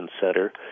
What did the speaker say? center